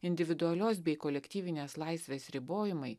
individualios bei kolektyvinės laisvės ribojimai